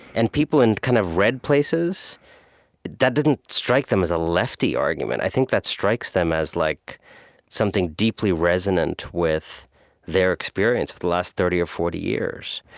and people in kind of red places that didn't strike them as a lefty argument. i think that strikes them as like something deeply resonant with their experience of the last thirty or forty years.